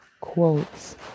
quotes